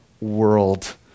world